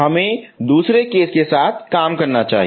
हमें केस 2 के साथ काम करना चाहिए